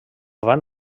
van